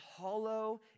hollow